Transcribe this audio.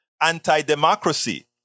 anti-democracy